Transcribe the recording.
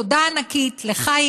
תודה ענקית לך,